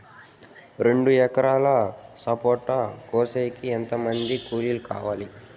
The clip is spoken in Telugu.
రెండు ఎకరాలు సపోట కోసేకి ఎంత మంది కూలీలు కావాలి?